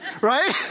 Right